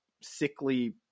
sickly